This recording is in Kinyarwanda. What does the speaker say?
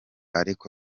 ariko